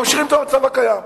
ממשיכים את המצב הקיים.